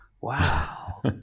wow